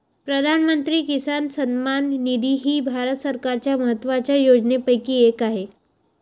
प्रधानमंत्री किसान सन्मान निधी ही भारत सरकारच्या महत्वाच्या योजनांपैकी एक आहे